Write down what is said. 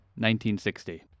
1960